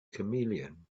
chameleon